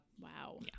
wow